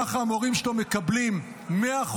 ככה המורים שלו מקבלים 100%,